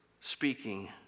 speaking